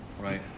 Right